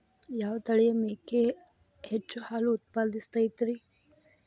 ಯಾವ ತಳಿಯ ಮೇಕೆ ಹೆಚ್ಚು ಹಾಲು ಉತ್ಪಾದಿಸತೈತ್ರಿ?